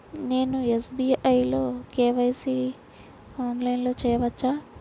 నేను ఎస్.బీ.ఐ లో కే.వై.సి ఆన్లైన్లో చేయవచ్చా?